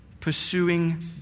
pursuing